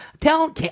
tell